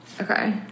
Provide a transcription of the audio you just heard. Okay